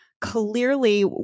clearly